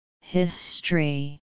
History